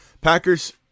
Packers